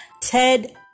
Ted